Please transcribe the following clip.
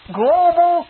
global